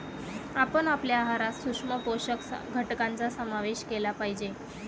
आपण आपल्या आहारात सूक्ष्म पोषक घटकांचा समावेश केला पाहिजे